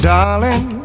Darling